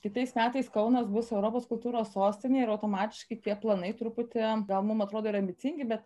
kitais metais kaunas bus europos kultūros sostinė ir automatiški tie planai truputį gal mum atrodo ir ambicingi bet